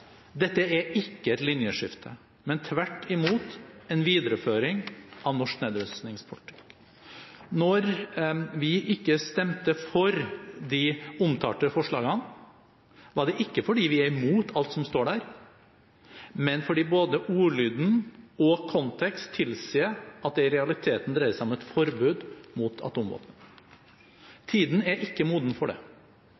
Dette er ikke et linjeskifte, men tvert imot en videreføring av norsk nedrustningspolitikk. Når vi ikke stemte for de omtalte forslagene, var det ikke fordi vi er imot alt som står der, men fordi både ordlyden og kontekst tilsier at det i realiteten dreier seg om et forbud mot atomvåpen. Tiden er ikke moden for det.